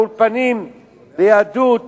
האולפנים ליהדות